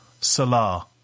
Salah